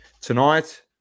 tonight